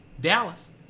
Dallas